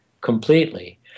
completely